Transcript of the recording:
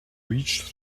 reached